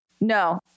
No